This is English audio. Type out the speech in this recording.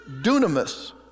dunamis